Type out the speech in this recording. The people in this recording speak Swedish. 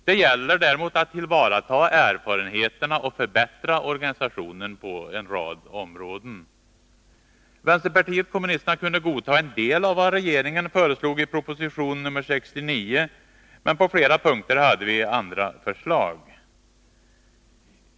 Det gäller däremot att tillvarata erfarenheterna och förbättra organisationen på en rad punkter. Vänsterpartiet kommunisterna kunde godta en del av vad regeringen föreslog i proposition 69, men på flera punkter hade vi andra förslag.